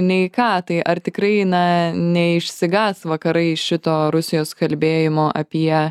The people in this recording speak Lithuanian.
nei ką tai ar tikrai na neišsigąs vakarai šito rusijos kalbėjimo apie